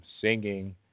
singing